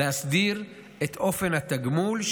להסדיר את אופן התגמול,